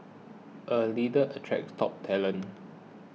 a leader attracts top talent